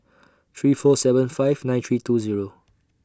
three four seven five nine three two Zero